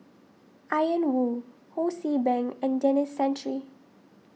Ian Woo Ho See Beng and Denis Santry